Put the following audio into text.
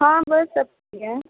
ہاں بس سب ٹھیک ہے